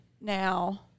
now